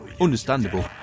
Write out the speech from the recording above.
understandable